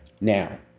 Now